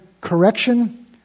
correction